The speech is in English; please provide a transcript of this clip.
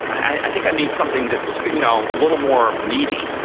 i think i need something that's you know a little more meaty,